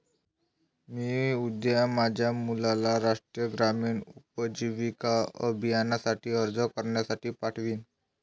मी उद्या माझ्या मुलाला राष्ट्रीय ग्रामीण उपजीविका अभियानासाठी अर्ज करण्यासाठी पाठवीन